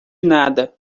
nada